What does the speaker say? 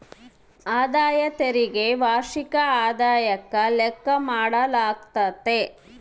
ಆದಾಯ ತೆರಿಗೆ ವಾರ್ಷಿಕ ಆದಾಯುಕ್ಕ ಲೆಕ್ಕ ಮಾಡಾಲಾಗ್ತತೆ